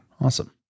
Awesome